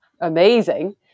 amazing